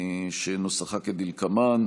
שנוסחה כדלקמן: